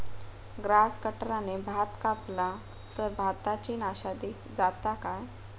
Grass कटराने भात कपला तर भाताची नाशादी जाता काय?